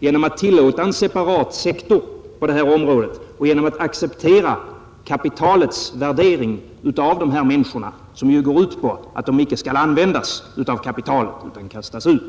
genom att tillåta en separat sektor på det här området och acceptera kapitalets värdering av dessa människor, vilken ju går ut på att de inte skall användas av kapitalet utan kastas ut.